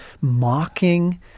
mocking